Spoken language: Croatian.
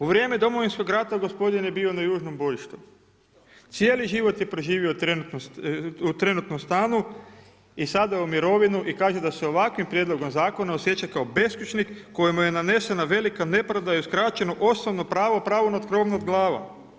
U vrijeme Domovinskog rata gospodin je bio na južnom bojištu, cijeli život je proživio u trenutnom stanu i sada je u mirovini i kaže sa se ovakvim prijedlogom zakona osjeća kao beskućnik kojemu je nanesena velika nepravda i uskraćeno osnovno pravo, pravo na krov nad glavom.